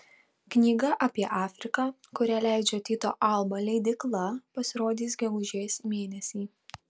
knyga apie afriką kurią leidžia tyto alba leidykla pasirodys gegužės mėnesį